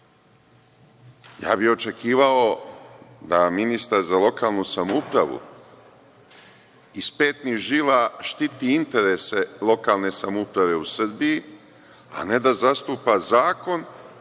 Ja bih očekivao da ministar za lokalnu samoupravu iz petnih žila štiti interese lokalne samouprave u Srbiji, a ne da zastupa zakon